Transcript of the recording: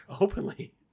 Openly